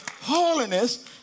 Holiness